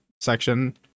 section